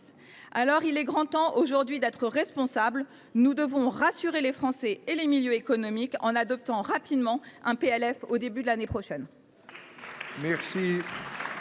2026. Il est grand temps d’être responsables. Nous devons rassurer les Français et les milieux économiques en adoptant rapidement un PLF au début de l’an prochain.